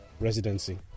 Residency